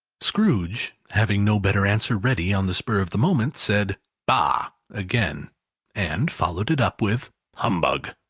scrooge having no better answer ready on the spur of the moment, said, bah! again and followed it up with humbug.